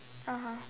(uh huh)